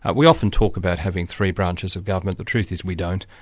ah we often talk about having three branches of government the truth is, we don't.